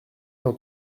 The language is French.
dans